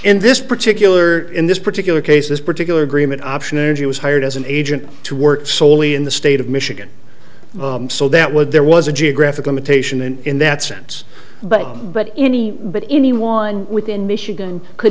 in this particular in this particular case this particular agreement option and he was hired as an agent to work soley in the state of michigan so that would there was a geographic imitation and in that sense but but any but anyone within michigan could